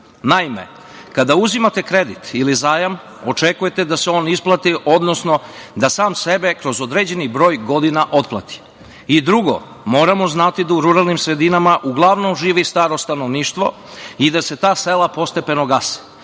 kada uzimate kredit ili zajam očekujete da se on isplati, odnosno da sam sebe kroz određeni broj godina otplati. Drugo, moramo znati da u ruralnim sredinama uglavnom živi staro stanovništvo i da se ta sela postepeno gase,